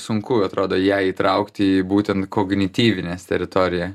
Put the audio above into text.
sunku atrodo ją įtraukti į būtent kognityvinės teritoriją